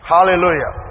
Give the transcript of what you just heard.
Hallelujah